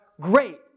great